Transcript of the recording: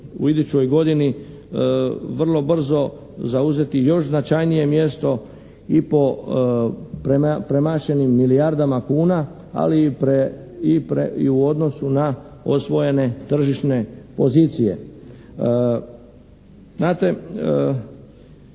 u idućoj godini vrlo brzo zauzeti još značajnije mjesto i po premašenim milijardama kuna, ali i u odnosu na osvojene tržišne pozicije. Znate,